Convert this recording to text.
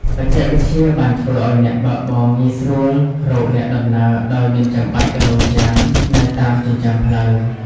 បច្ចេកវិទ្យាបានធ្វើឱ្យអ្នកបើកបរងាយស្រួលរកអ្នកដំណើរដោយមិនចាំបាច់រង់ចាំនៅតាមចិញ្ចើមផ្លូវ។